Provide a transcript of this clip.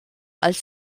als